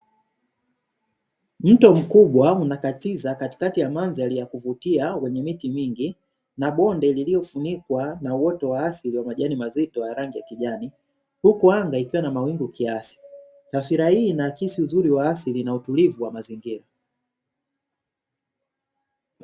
Mto mkubwa unakatiza katikati ya madhari ya kuvutia yenye miti mingi na bonde lililofunikwa na uoto wa asili wa majani mazito ya rangi ya kijani, huku anga likiwa na mawingu kiasi. Taswira hii inaakisi uzuri wa asili na utulivu wa mazingira.